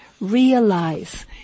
realize